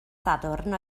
sadwrn